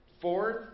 fourth